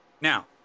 Now